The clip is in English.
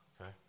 okay